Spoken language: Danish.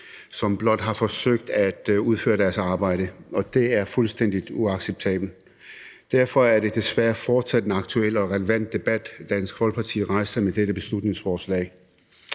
som blot har forsøgt at udføre deres arbejde. Det er fuldstændig uacceptabelt. Derfor er det desværre fortsat en aktuel og relevant debat, Dansk Folkeparti rejser med dette beslutningsforslag.